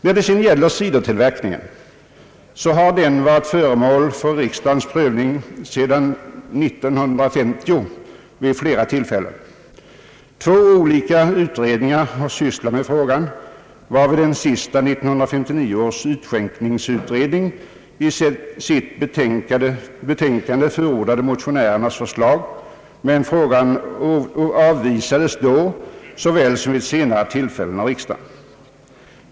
Cidertillverkningen har varit föremål för riksdagens prövning vid flera tillfällen sedan 1950. Två olika utredningar har sysslat med frågan. Den senaste, 1959 års utskänkningsutredning, förordade i sitt betänkande motionärernas förslag, men frågan avvisades då såväl som vid senare tillfällen av riksdagen.